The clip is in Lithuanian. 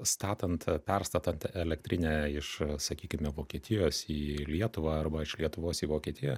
statant perstatant elektrinę iš sakykime vokietijos į lietuvą arba iš lietuvos į vokietiją